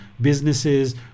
businesses